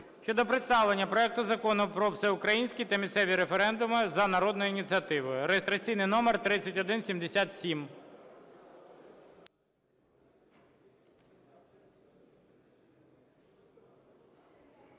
щодо представлення проекту Закону про всеукраїнський та місцеві референдуми за народною ініціативою (реєстраційний номер 3177).